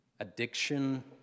addiction